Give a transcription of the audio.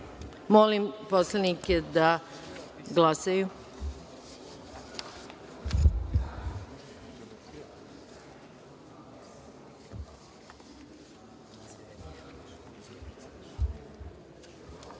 molim poslanike da glasaju